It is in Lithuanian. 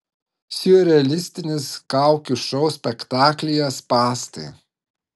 siurrealistinis kaukių šou spektaklyje spąstai